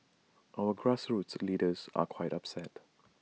our grassroots leaders are quite upset